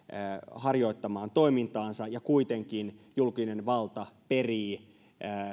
harjoittamaan toimintaansa ja kuitenkin julkinen valta perii